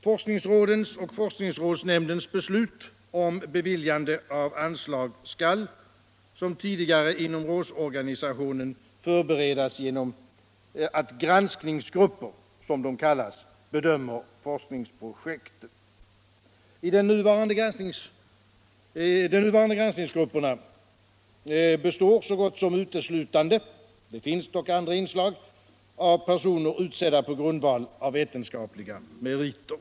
Forskningsrådens och forskningsrådsnämndens beslut om beviljande av anslag skall, som tidigare inom rådsorganisationen, förbereda sig genom att granskningsgrupper, som de kallas, bedömer forskningsprojekten. De nuvarande granskningsgrupperna består så gott som uteslutande — det finns dock andra inslag — av personer utsedda på grundval av vetenskapliga meriter.